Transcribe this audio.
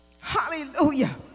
Hallelujah